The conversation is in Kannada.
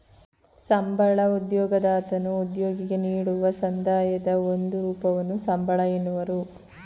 ಸಂಬಳ ಉದ್ಯೋಗದತನು ಉದ್ಯೋಗಿಗೆ ನೀಡುವ ಸಂದಾಯದ ಒಂದು ರೂಪವನ್ನು ಸಂಬಳ ಎನ್ನುವರು